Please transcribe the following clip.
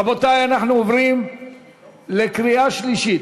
רבותי, אנחנו עוברים לקריאה שלישית.